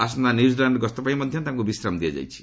ଆସନ୍ତା ନ୍ୟୁଜିଲାଣ୍ଡ ଗସ୍ତ ପାଇଁ ମଧ୍ୟ ତାଙ୍କୁ ବିଶ୍ରାମ ଦିଆଯାଇଛି